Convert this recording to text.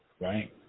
right